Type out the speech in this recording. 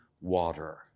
water